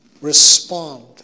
respond